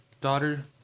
daughter